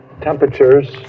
temperatures